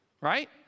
right